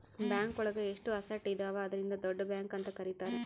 bank ಒಳಗ ಎಷ್ಟು assets ಇದಾವ ಅದ್ರಿಂದ ದೊಡ್ಡ ಬ್ಯಾಂಕ್ ಅಂತ ಕರೀತಾರೆ